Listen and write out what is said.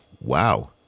Wow